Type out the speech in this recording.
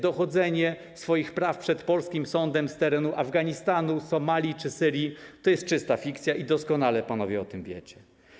Dochodzenie swoich praw przed polskim sądem z terenu Afganistanu, Somalii czy Syrii to jest czysta fikcja, i doskonale panowie o tym wiecie.